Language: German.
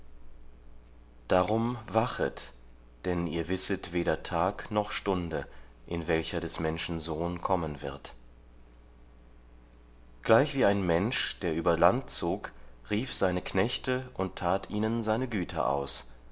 darum wachet denn ihr wisset weder tag noch stunde in welcher des menschen sohn kommen wird gleichwie ein mensch der über land zog rief seine knechte und tat ihnen seine güter aus